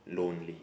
lonely